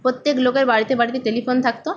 প্রত্যেক লোকের বাড়িতে বাড়িতে টেলিফোন থাকত